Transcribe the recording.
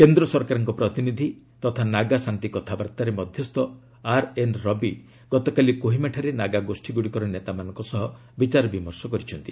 କେନ୍ଦ୍ର ସରକାରଙ୍କ ପ୍ରତିନିଧି ତଥା ନାଗା ଶାନ୍ତି କଥାବାର୍ତ୍ତାରେ ମଧ୍ୟସ୍ଥ ଆର୍ଏନ୍ ରବି ଗତକାଲି କୋହିମାଠାରେ ନାଗା ଗୋଷ୍ଠୀଗୁଡ଼ିକର ନେତାମାନଙ୍କ ସହ ବିଚାରବିମର୍ଶ କରିଛନ୍ତି